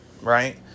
right